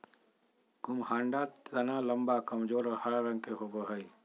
कुम्हाडा तना लम्बा, कमजोर और हरा रंग के होवो हइ